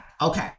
Okay